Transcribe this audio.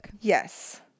yes